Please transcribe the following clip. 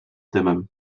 dymem